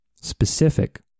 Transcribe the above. specific